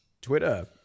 Twitter